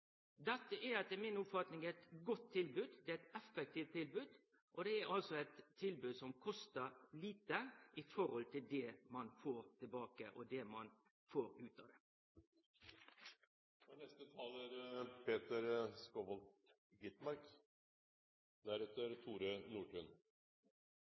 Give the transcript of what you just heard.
Dette er etter mi oppfatning eit godt tilbod, det er eit effektivt tilbod, og det er også eit tilbod som kostar lite i forhold til det ein får tilbake, og det ein får ut av det. Det er åpenbart at regjeringspartienes utgangspunkt er at det